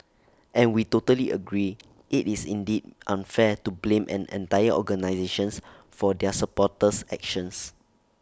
and we totally agree IT is indeed unfair to blame an entire organisations for their supporters actions